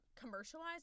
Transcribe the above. Commercialized